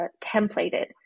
templated